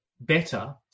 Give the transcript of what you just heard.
better